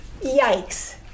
yikes